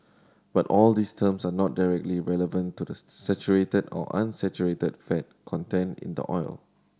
but all these terms are not directly relevant to the saturated or unsaturated fat content in the oil